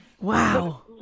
Wow